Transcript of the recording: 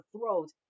throat